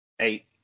eight